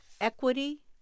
equity